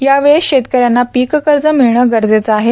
यावेळेस शेतकऱ्यांना पीककर्ज मिळणे गरजेचं आहे